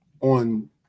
on